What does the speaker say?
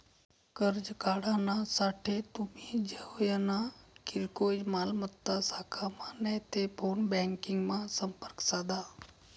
कर्ज काढानासाठे तुमी जवयना किरकोय मालमत्ता शाखामा नैते फोन ब्यांकिंगमा संपर्क साधा